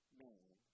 man